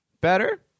Better